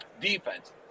defense